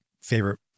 favorite